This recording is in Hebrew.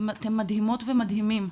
אתם מדהימות ומדהימים.